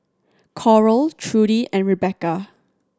Coral Trudy and Rebekah